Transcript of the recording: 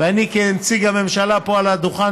ואני כנציג הממשלה פה על הדוכן,